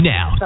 Now